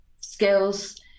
skills